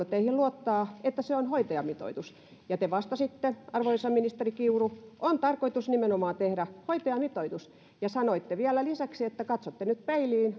teihin luottaa että se on hoitajamitoitus te vastasitte arvoisa ministeri kiuru että on tarkoitus nimenomaan tehdä hoitajamitoitus sanoitte vielä lisäksi että katsotte nyt peiliin